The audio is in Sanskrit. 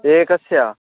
एकस्य